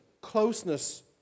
closeness